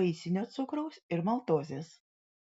vaisinio cukraus ir maltozės